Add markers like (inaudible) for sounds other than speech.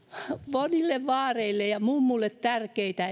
vaareille vaareille ja mummuille tärkeitä (unintelligible)